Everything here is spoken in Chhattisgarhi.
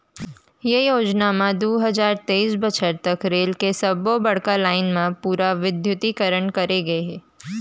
ये योजना म दू हजार तेइस बछर तक रेल के सब्बो बड़का लाईन म पूरा बिद्युतीकरन करे गय हे